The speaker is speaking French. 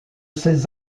ses